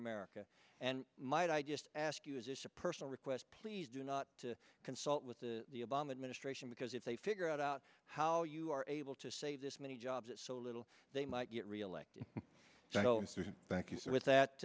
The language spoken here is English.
america and might i just ask you is this a personal request please do not to consult with the the obama administration because if they figure out how you are able to say this many jobs so little they might get reelected so